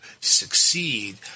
succeed